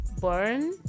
burn